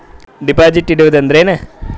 Deposit ಇಡುವುದು ಅಂದ್ರ ಏನ?